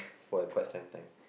for quite some time